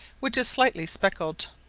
which is slightly speckled.